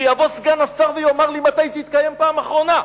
שיבוא סגן השר ויאמר לי מתי זה התקיים בפעם האחרונה.